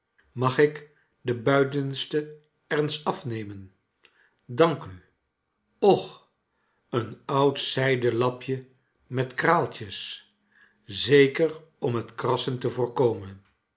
mag ik de buitenste er eens af nernen dank u och een oud zij den lapje met kraaltjes zeker om het krassen te voorkomen